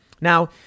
Now